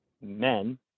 men